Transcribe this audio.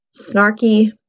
snarky